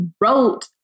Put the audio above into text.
wrote